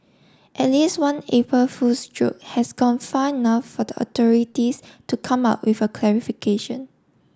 at least one April Fool's joke has gone far enough for the authorities to come out with a clarification